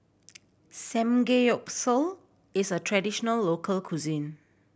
samgeyopsal is a traditional local cuisine